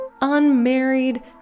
Unmarried